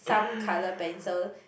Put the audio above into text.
some colour pencils